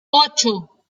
ocho